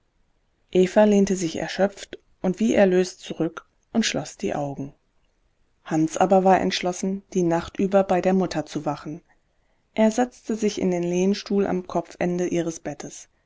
eva lehnte sich erschöpft und wie erlöst zurück und schloß die augen hans aber war entschlossen die nacht über bei der mutter zu wachen er setzte sich in den lehnstuhl am kopfende ihres bettes